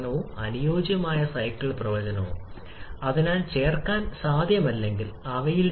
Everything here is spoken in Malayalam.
അപ്പോഴാണ് ഈ പ്രതികരണങ്ങൾ സംഭവിക്കുന്നത് അവ ഈ പ്രതികരണങ്ങൾ സംഭവിക്കുന്നതിന് ചുറ്റുമുള്ള ഊർജ്ജം ആഗിരണം ചെയ്യും